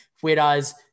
Whereas